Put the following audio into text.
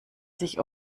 sich